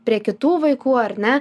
prie kitų vaikų ar ne